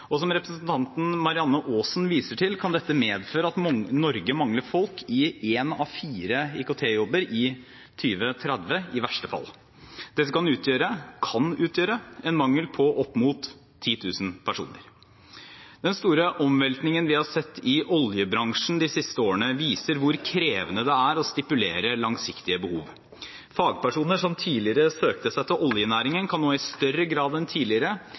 Som representanten Marianne Aasen viser til, kan dette medføre at Norge mangler folk i én av fire IKT-jobber i 2030 i verste fall. Dette kan utgjøre en mangel på opp mot 10 000 personer. Den store omveltningen vi har sett i oljebransjen de siste årene, viser hvor krevende det er å stipulere langsiktige behov. Fagpersoner som tidligere søkte seg til oljenæringen, kan nå i større grad enn tidligere